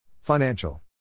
Financial